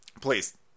please